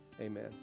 Amen